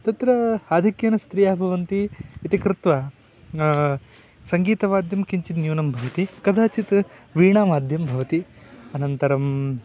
तत्र आधिक्येन स्त्रियः भवन्ति इति कृत्वा सङ्गीतवाद्यं किञ्चिद् न्यूनं भवति कदाचित् वीणावाद्यं भवति अनन्तरं